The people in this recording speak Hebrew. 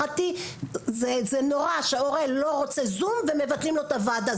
זה נורא כשהורה לא רוצה זום ומבטלים לו את הוועדה,